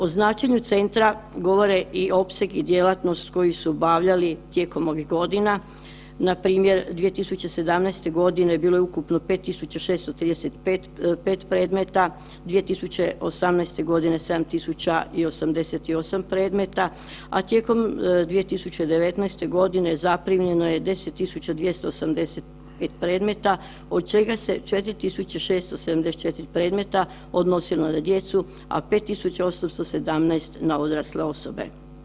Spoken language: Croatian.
O značenju centra govore i opseg i djelatnost koju su obavljali tijekom ovih godina npr. 2017. godine bilo je ukupno 5.635 predmeta, 2018. godine 7.088 predmeta, a tijekom 2019. godine zaprimljeno je 10.285 predmeta od čega se 4.674 predmeta odnosilo na djecu, a 5.817 na odrasle osobe.